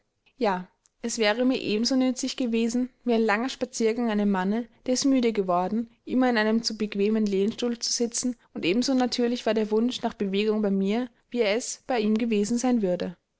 ja es wäre mir ebenso nützlich gewesen wie ein langer spaziergang einem manne der es müde geworden immer in einem zu bequemen lehnstuhl zu sitzen und ebenso natürlich war der wunsch nach bewegung bei mir wie er es bei ihm gewesen sein würde